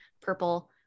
purple